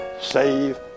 save